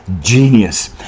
genius